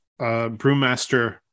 Brewmaster